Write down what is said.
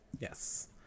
Yes